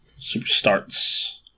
Superstarts